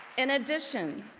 in addition,